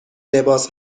لباس